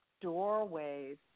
doorways